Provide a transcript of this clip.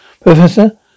Professor